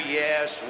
yes